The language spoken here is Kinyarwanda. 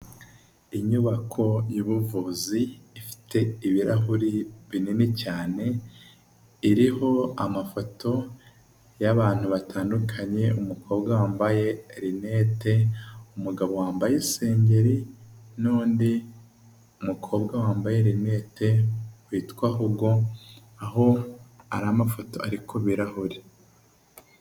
Inyubako y'ubuvuzi ifite ibirahuri binini cyane iriho amafoto y'abantu batandukanye umukobwa wambaye linete, umugabo wambaye isengeri n'undi mukobwa wambaye linete witwa Hugo aho ari amafoto ariko birahure.